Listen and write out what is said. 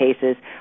cases